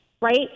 right